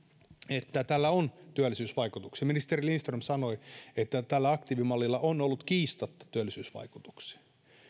että tällä on työllisyysvaikutuksia ministeri lindström sanoi että aktiivimallilla on ollut kiistatta työllisyysvaikutuksia